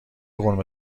قورمه